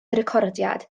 recordiad